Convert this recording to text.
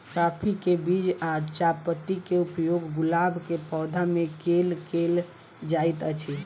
काफी केँ बीज आ चायपत्ती केँ उपयोग गुलाब केँ पौधा मे केल केल जाइत अछि?